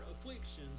afflictions